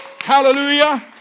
Hallelujah